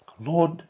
Lord